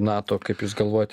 nato kaip jūs galvojate